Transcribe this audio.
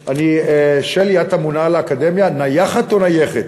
שלי, את אמונה על האקדמיה, נייחַת או נייחֶת?